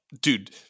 dude